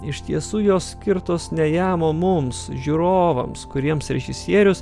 iš tiesų jos skirtos ne jam o mums žiūrovams kuriems režisierius